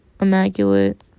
immaculate